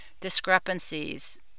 discrepancies